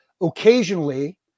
occasionally